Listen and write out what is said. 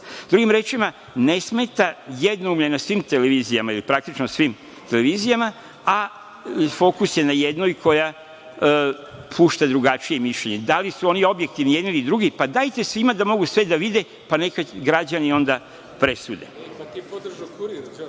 drugim rečima, ne smeta jednom na svim televizijama ili praktično svim televizijama, a fokus je na jednoj koja pušta drugačije mišljenje. Da li su oni objektivni i jedni i drugi, dajte svima da mogu sve da vide, pa neka građani onda presude. Dakle, zašto mi sada